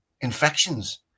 infections